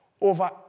over